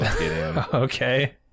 okay